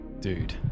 Dude